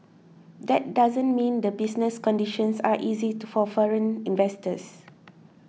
that doesn't mean the business conditions are easy to for foreign investors